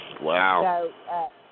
Wow